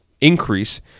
increase